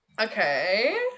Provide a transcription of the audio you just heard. Okay